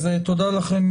אז תודה לכם.